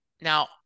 now